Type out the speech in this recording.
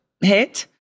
hit